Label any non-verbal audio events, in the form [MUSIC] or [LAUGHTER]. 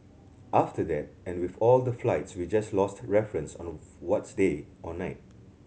after that and with all the flights we just lost reference [UNINTELLIGIBLE] of what's day or night